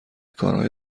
کارهای